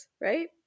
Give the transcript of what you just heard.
right